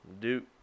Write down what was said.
Duke